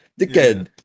Dickhead